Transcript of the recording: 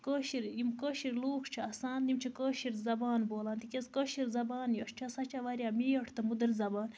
کٲشُر یِم کٲشُر لوٗکھ چھِ آسان یِم چھِ کٲشُر زَبان بولان تِکیازِ کٲشِر زَبان یۄس چھےٚ سۄ چھےٚ واریاہ میٖٹھ تہٕ مٔدٕر زَبان